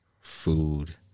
food